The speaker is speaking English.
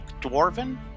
dwarven